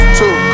two